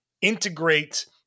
integrate